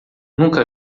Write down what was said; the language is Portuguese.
nunca